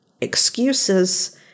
Excuses